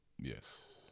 Yes